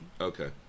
Okay